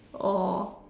oh